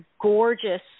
gorgeous